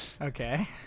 Okay